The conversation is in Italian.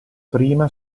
prima